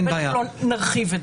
אנחנו בטח לא נרחיב את זה.